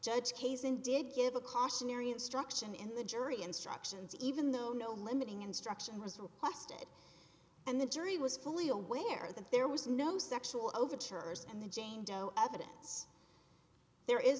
judge kazan did give a cautionary instruction in the jury instructions even though no limiting instruction was requested and the jury was fully aware that there was no sexual overtures and the jane doe evidence there is